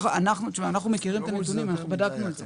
אנחנו מכירים את הנתונים אנחנו בדקנו את זה,